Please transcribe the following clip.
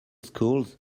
schools